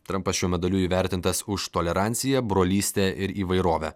trampas šiuo medaliu įvertintas už toleranciją brolystę ir įvairovę